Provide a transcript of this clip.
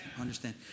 understand